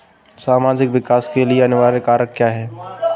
सामाजिक विकास के लिए अनिवार्य कारक क्या है?